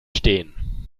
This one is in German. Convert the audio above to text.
stehen